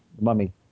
Mummy